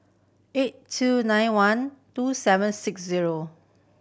eight two nine one two seven six zero